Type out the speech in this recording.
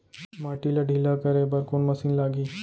माटी ला ढिल्ला करे बर कोन मशीन लागही?